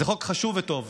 זה חוק חשוב וטוב.